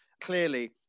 clearly